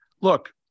look